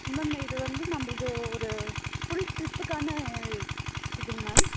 ma'am இது வந்து நம்மளது ஒரு ஃபுல் டிரிப்புக்கான இதுங்க மேம்